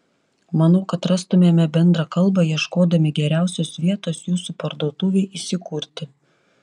manau kad rastumėme bendrą kalbą ieškodami geriausios vietos jūsų parduotuvei įsikurti